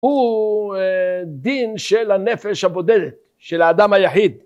הוא דין של הנפש הבודדת, של האדם היחיד.